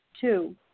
Two